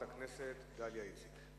חברת הכנסת דליה איציק.